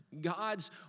God's